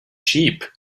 sheep